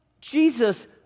Jesus